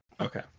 Okay